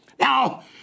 Now